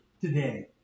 today